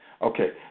Okay